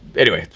anyway,